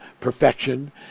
perfection